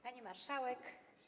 Pani Marszałek!